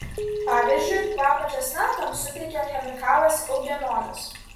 pavyzdžiui kvapą česnakams suteikia chemikalas eugenolis